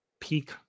peak